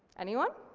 anyone?